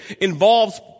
involves